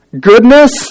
goodness